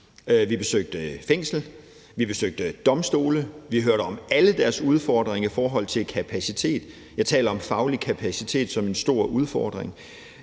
vi besøgte et fængsel, og vi besøgte domstole. Vi hørte om alle deres udfordringer i forhold til kapacitet. Jeg talte om faglig kapacitet som en stor udfordring. Jeg